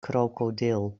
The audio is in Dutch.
krokodil